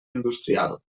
industrial